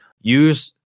Use